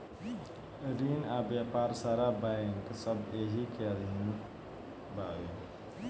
रिन आ व्यापार सारा बैंक सब एही के अधीन बावे